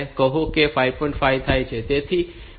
5 થાય છે